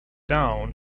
down